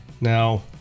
Now